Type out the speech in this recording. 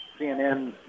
CNN